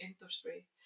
industry